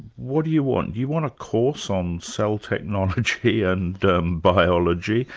what do you want? do you want a course on cell technology and biology?